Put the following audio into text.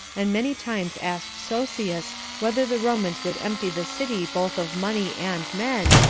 and many times asked sosius whether the romans would empty the city both of money and men,